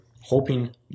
hoping